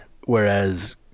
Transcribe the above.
whereas